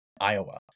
Iowa